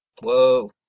Whoa